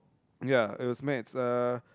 ya it was maths uh